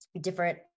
different